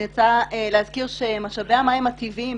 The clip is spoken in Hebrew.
אני רוצה להזכיר שמשאבי המים הטבעיים,